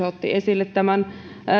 otti esille tämän